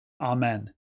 Amen